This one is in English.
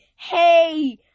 Hey